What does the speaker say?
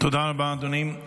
תודה רבה, אדוני.